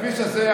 בכביש הזה,